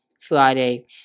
Friday